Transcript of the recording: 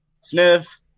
Sniff